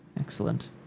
Excellent